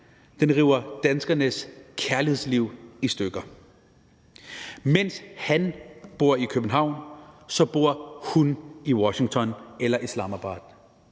den river danskernes kærlighedsliv i stykker. Mens han bor i København, så bor hun i Washington eller Islamabad.